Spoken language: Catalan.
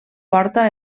porta